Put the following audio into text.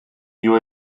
più